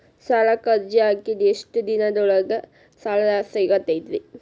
ಸಾಲಕ್ಕ ಅರ್ಜಿ ಹಾಕಿದ್ ಎಷ್ಟ ದಿನದೊಳಗ ಸಾಲ ಸಿಗತೈತ್ರಿ?